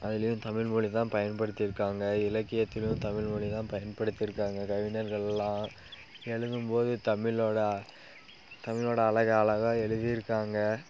அதுலேயும் தமிழ் மொழி தான் பயன்படுத்தியிருக்காங்க இலக்கியத்திலும் தமிழ் மொழி தான் பயன்படுத்தியிருக்காங்க கவிஞர்கள்லாம் எழுதும் போது தமிழோடு தமிழோடு அழக அழகாக எழுதியிருக்காங்க